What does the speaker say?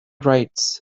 writes